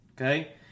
Okay